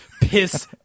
piss